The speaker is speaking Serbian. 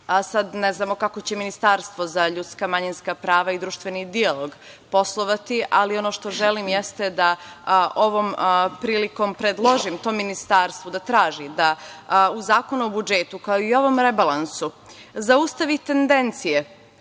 Sad ne znamo kako će Ministarstvo za ljudska i manjinska prava i društveni dijalog poslovati, ali ono što želim jeste da ovom prilikom predložim tom ministarstvu da traži da u Zakonu o budžetu, kao i u ovom rebalansu zaustavi tendencije